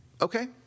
okay